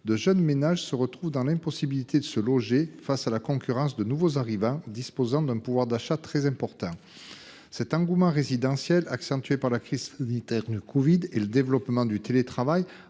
de jeunes ménages se retrouvent dans l'impossibilité de se loger face à la concurrence de nouveaux arrivants disposant d'un pouvoir d'achat très important. Cet engouement résidentiel, accentué par la crise sanitaire du covid-19 et le développement du télétravail,